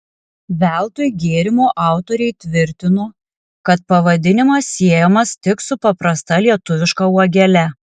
veltui gėrimo autoriai tvirtino kad pavadinimas siejamas tik su paprasta lietuviška uogele